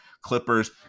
Clippers